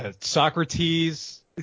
Socrates